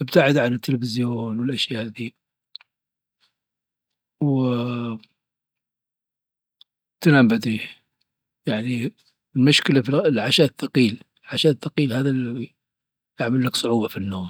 ابتعد عن التلفزيون والاشياء هذي وتنام بدري. يعني المشكلة في العشاء، العشاء الثقيل هواللي يسبب لك مشكلة في النوم.